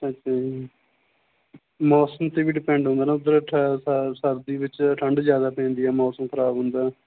ਅੱਛਾ ਜੀ ਮੌਸਮ 'ਤੇ ਵੀ ਡਿਪੈਂਡ ਹੁੰਦਾ ਨਾ ਉੱਧਰ ਸਰਦੀ ਵਿੱਚ ਠੰਡ ਜ਼ਿਆਦਾ ਪੈਂਦੀ ਹੈ ਮੌਸਮ ਖਰਾਬ ਹੁੰਦਾ